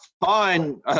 fine